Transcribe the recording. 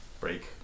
break